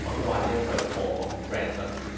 ah no, i didn't get a call from friends, but,